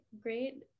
great